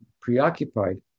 preoccupied